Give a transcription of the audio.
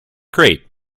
crate